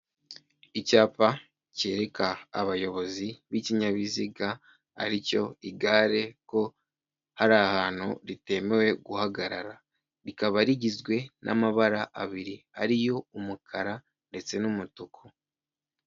Icyapa cyereka abayobozi b'ikinyabiziga, aricyo igare, ko hari ahantu ritemewe guhagarara. Rikaba rigizwe n'amabara abiri. Ariyo umukara, ndetse n'umutuku.